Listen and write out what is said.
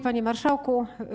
Panie Marszałku!